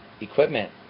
Equipment